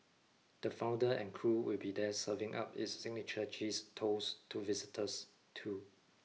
the founder and crew will be there serving up its signature cheese toast to visitors too